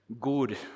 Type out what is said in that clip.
good